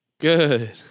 Good